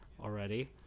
already